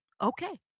Okay